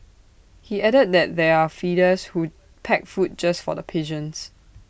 he added that there are feeders who pack food just for the pigeons